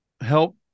help